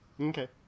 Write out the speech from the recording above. Okay